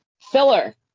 Filler